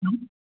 hello